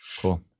Cool